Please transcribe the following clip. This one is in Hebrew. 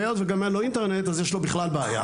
והיות וגם אין לו אינטרנט, אז יש לו בכלל בעיה.